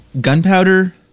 gunpowder